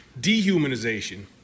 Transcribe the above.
dehumanization